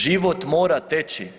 Život mora teći.